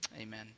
Amen